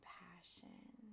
passion